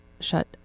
shut